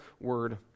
word